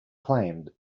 claimed